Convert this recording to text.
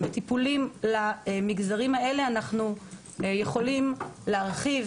בטיפולים למגזרים האלה אנחנו יכולים להרחיב